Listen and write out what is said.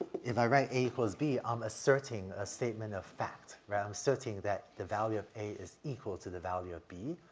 if i write a equals b i'm asserting a statement of fact, right? i'm asserting that the value of a is equal to the value of b.